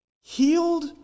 healed